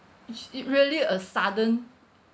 it really a sudden